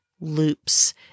loops